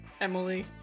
Emily